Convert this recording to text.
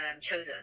chosen